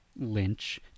Lynch